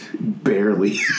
barely